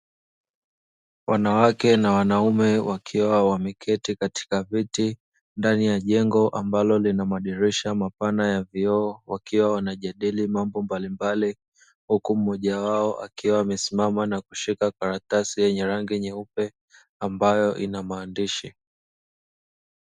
Wanawake na wanaume wakiwa wameketi katika viti ndani ya jengo ambalo lina madirisha mapana ya vioo wakiwa wanajadili mambo mbalimbali huku mmoja wao akiwa amesimama na kushika karatasi yenye rangi nyeupe ambayo ina maandishi.